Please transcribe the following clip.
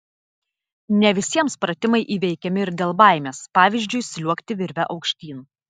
ne visiems pratimai įveikiami ir dėl baimės pavyzdžiui sliuogti virve aukštyn